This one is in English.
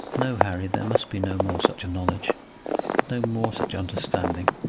no, harry there must be no more such knowledge no more such understanding.